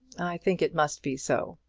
i think it must be so.